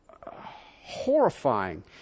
horrifying